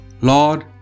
Lord